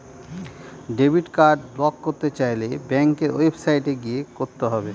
debit card block করতে চাইলে ব্যাঙ্কের ওয়েবসাইটে গিয়ে করতে হবে